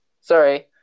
Sorry